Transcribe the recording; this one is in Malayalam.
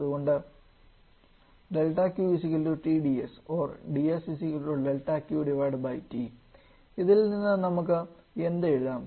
അതുകൊണ്ട് δQ Tds or ds δQT ഇതിൽനിന്ന് നമുക്ക് എന്ത് എഴുതാം